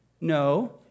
No